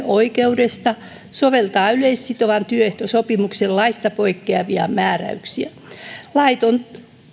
oikeudesta soveltaa yleissitovan työehtosopimuksen laista poikkeavia määräyksiä lait on